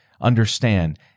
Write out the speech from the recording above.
understand